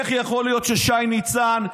איך יכול להיות ששי ניצן,